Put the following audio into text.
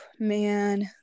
Man